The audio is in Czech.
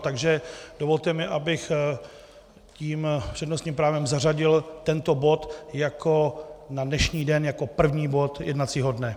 Takže mi dovolte, abych tím přednostním právem zařadil tento bod na dnešní den jako první bod jednacího dne.